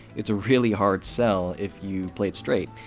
it's a really hard sell if you play it straight,